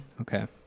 Okay